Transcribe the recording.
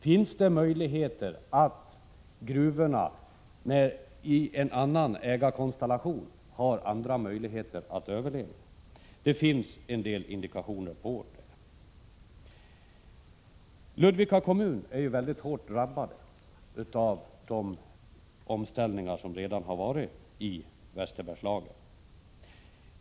Har gruvorna andra möjligheter att överleva i en annan ägarkonstellation? Det finns en del indikationer på det. Ludvika kommun är hårt drabbat av de omställningar som redan har skett i Västerbergslagen.